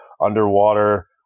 underwater